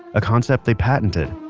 a concept they patented.